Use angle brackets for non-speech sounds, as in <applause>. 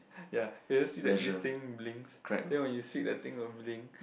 <breath> ya can you see that this thing blinks then when you speak that thing will blink